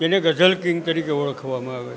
જેને ગઝલ કિંગ તરીકે ઓળખવામાં આવે છે